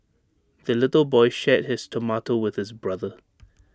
the little boy shared his tomato with his brother